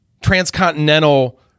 transcontinental